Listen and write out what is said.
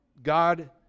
God